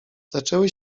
zaczęły